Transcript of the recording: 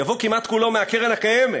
יבוא כמעט כולו מהקרן הקיימת,